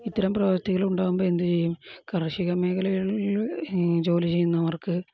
ഇത്തരം പ്രവർത്തികൾ ഉണ്ടാകുമ്പോൾ എന്ത് ചെയ്യും കാർഷിക മേഖലകളിൽ ജോലി ചെയ്യുന്നവർക്ക്